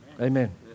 amen